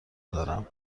دارم